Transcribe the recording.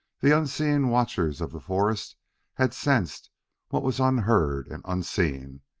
the unseeing watchers of the forest had sensed what was unheard and unseen,